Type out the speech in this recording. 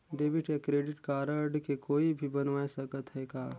Debit या credit card के कोई भी बनवाय सकत है का?